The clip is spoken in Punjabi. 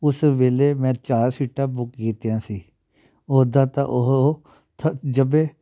ਉਸ ਵੇਲੇ ਮੈਂ ਚਾਰ ਸੀਟਾਂ ਬੁੱਕ ਕੀਤੀਆਂ ਸੀ ਉੱਦਾਂ ਤਾਂ ਉਹ ਥ ਜਬੇ